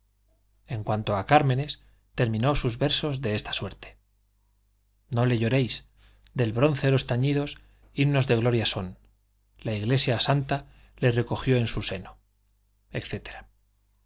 en cuanto a cármenes terminó sus versos de esta suerte no le lloréis del bronce los tañidos himnos de gloria son la iglesia santa le recogió en su seno